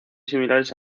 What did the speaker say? similares